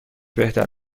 بهتر